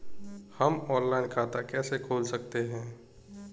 हम ऑनलाइन खाता कैसे खोल सकते हैं?